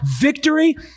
victory